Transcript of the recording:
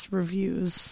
reviews